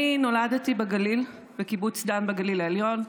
אני נולדתי בגליל, בקיבוץ דן בגליל העליון.